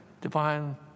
divine